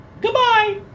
Goodbye